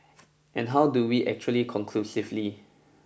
and how do we actually conclusively